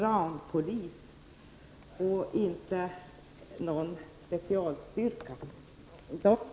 Resurserna hade vi kunnat använda för t.ex. det brottsförebyggande arbetet.